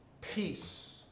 peace